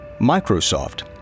Microsoft